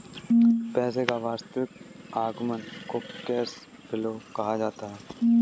पैसे का वास्तविक आवागमन को कैश फ्लो कहा जाता है